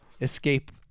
escape